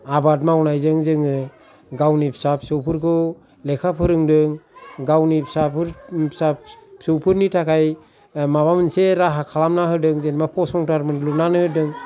आबाद मावनायजों जोङो गावनि फिसा फिसौफोरखौ लेखा फोरोंदों गावनि फिसाफोर फिसा फिसौफोरनि थाखाय माबा मोनसे राहा खालामना होदों जों जेनबा फसंथान लुनानै होदों